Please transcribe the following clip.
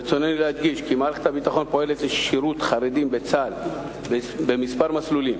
ברצוני להדגיש כי מערכת הביטחון פועלת לשירות חרדים בצה"ל בכמה מסלולים,